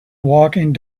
walking